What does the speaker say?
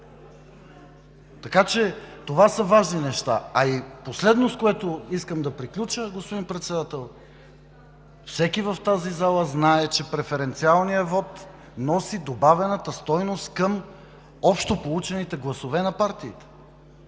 този ден. Това са важни неща. Последното, с което искам да приключа, господин Председател, всеки в тази зала знае, че преференциалният вот носи добавената стойност към общо получените гласове на партиите.